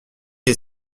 est